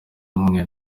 umwe